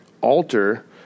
alter